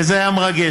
וזה היה מרגש.